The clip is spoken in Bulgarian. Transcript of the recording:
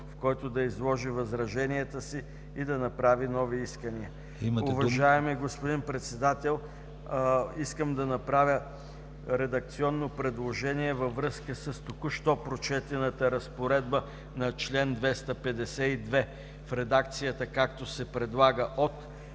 в който да изложи възраженията си и да направи нови искания.” Уважаеми господин Председател, искам да направя редакционно предложение във връзка с току-що прочетената разпоредба на чл. 252 в редакцията, както се предлага от